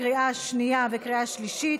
לקריאה שנייה ובקריאה שלישית.